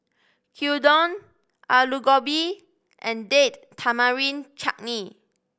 Gyudon Alu Gobi and Date Tamarind Chutney